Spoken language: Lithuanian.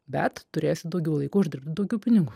bet turėsi daugiau laiko uždirbt daugiau pinigų